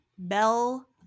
Bell